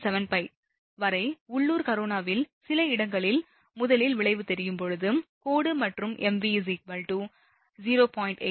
75 வரை உள்ளூர் கரோனாவிற்கு சில இடங்களில் முதலில் விளைவு தெரியும் போது கோடு மற்றும் mv 0